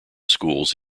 schools